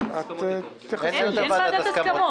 אין ועדת הסכמות.